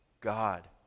God